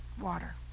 water